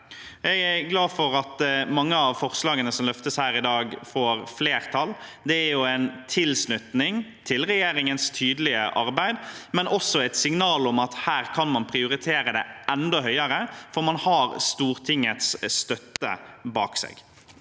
Jeg er glad for at mange av forslagene som løftes her i dag, får flertall. Det er en tilslutning til regjeringens tydelige arbeid, men også et signal om at man kan prioritere det enda høyere, for man har Stortingets støtte bak seg.